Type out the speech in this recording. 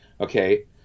okay